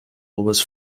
was